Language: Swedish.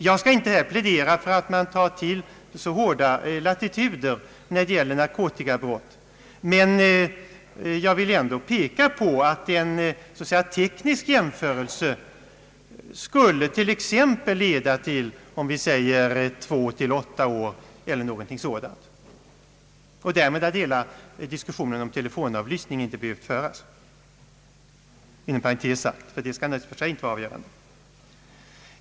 Jag skall inte här plädera för att man skall ta till så hårda latituder när det gäller narkotikabrott, men jag vill ändå framhålla att en så att säga teknisk jämförelse skulle kunna leda till t.ex. två — åtta år eller något sådant för grova narkotikabrott. Därmed hade diskussionen om telefonavlyssning inte behövt hållas, eftersom telefonavlyssning då automatiskt skulle blivit tillåten enligt de allmänna reglerna härom. Detta sagt inom parentes, ty det skall i och för sig inte vara avgörande.